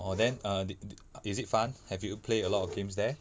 orh then uh did did is it fun have you play a lot of games there